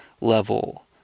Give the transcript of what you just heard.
level